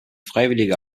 freiwillige